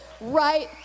right